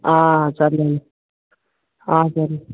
సర్లే సరే